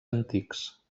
antics